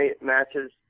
matches